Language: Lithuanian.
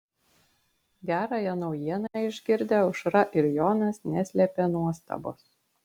gerąją naujieną išgirdę aušra ir jonas neslėpė nuostabos